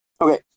okay